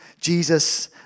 Jesus